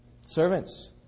Servants